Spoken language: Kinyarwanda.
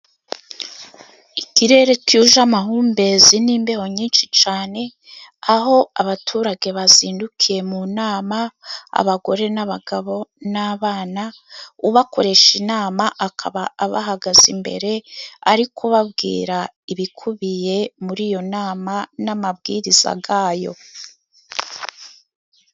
Ikirere cyuje amahumbezi n'imbeho nyinshi cyane aho abaturage bazindukiye mu nama abagore n'abagabo n'abana. Ubakoresha inama akaba abahagaze imbere ari kubabwira ibikubiye muri iyo nama n'amabwiriza yayo.